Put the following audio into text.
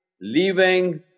leaving